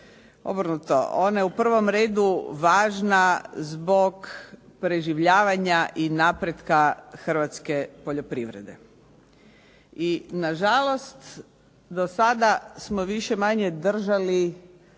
Obrnuto, ona je u prvom redu važna zbog preživljavanja i napretka hrvatske poljoprivrede. I nažalost, do sada smo više-manje držali